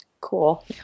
cool